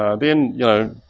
ah then, you know,